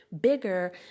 bigger